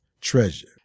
treasure